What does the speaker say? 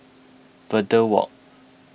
Verde Walk